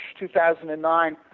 2009